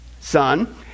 son